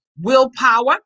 willpower